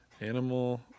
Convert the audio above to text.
animal